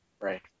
Right